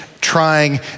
trying